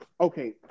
Okay